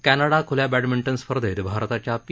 क्नीडा खुल्या बैडमिन्टन स्पर्धेत भारताच्या पी